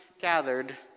gathered